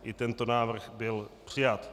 I tento návrh byl přijat.